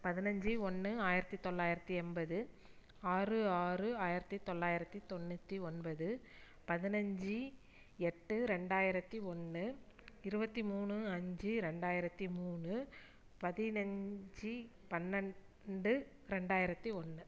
பதினஞ்சு ஒன்று ஆயிரத்து தொள்ளாயிரத்து எண்பது ஆறு ஆறு ஆயிரத்து தொள்ளாயிரத்து தொண்ணூற்றி ஒன்பது பதினஞ்சு எட்டு ரெண்டாயிரத்து ஒன்று இருபத்தி மூணு அஞ்சு ரெண்டாயிரத்து மூணு பதினஞ்சு பன்னெண்டு ரெண்டாயிரத்து ஒன்று